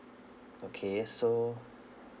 okay so